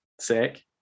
Sick